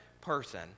person